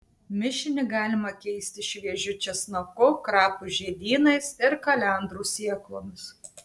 mišinį galima keisti šviežiu česnaku krapų žiedynais ir kalendrų sėklomis